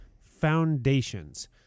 foundations